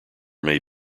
may